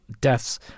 deaths